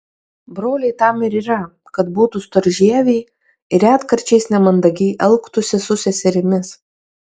broliai tam ir yra kad būtų storžieviai ir retkarčiais nemandagiai elgtųsi su seserimis